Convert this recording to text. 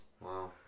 Wow